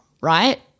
right